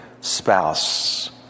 spouse